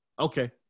Okay